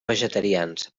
vegetarians